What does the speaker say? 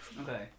Okay